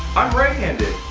i'm right handed.